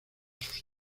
sus